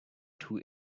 too